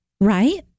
right